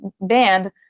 banned